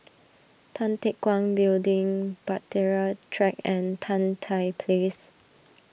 Tan Teck Guan Building Bahtera Track and Tan Tye Place